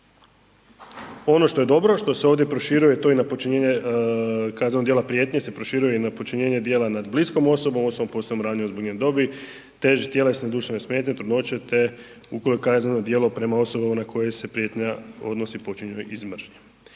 Ono što je dobro, što se ovdje proširuje to je i na počinjenje kaznenog djela prijetnje se proširuje i na počinjenje djela nad bliskom osobom … dobi, teže tjelesne duševne smetnje, trudnoće te ukoliko je kazneno djelo prema osobama na koje se prijetnja odnosi počinjeno iz mržnje.